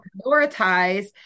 prioritize